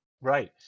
Right